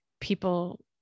people